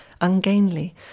ungainly